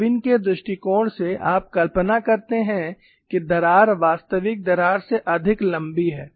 Irwin के दृष्टिकोण से आप कल्पना करते हैं कि दरार वास्तविक दरार से अधिक लंबी है